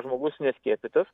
žmogus neskiepytas